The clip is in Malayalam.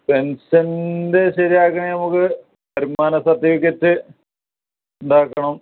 പെൻഷന്റെ ശരിയാക്കണെ നമുക്ക് വരുമാന സർട്ടിഫിക്കറ്റ് ഉണ്ടാക്കണം